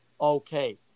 okay